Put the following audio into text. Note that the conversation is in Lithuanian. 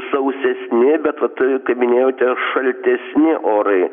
sausesni bet vat kaip minėjote šaltesni orai